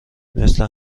مثل